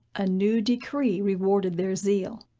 a new decree rewarded their zeal.